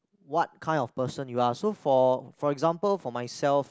what kind of person you are so for for example for myself